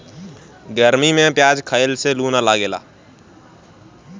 गरमी में पियाज खइला से लू ना लागेला